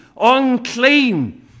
unclean